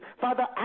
Father